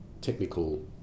technical